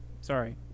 Sorry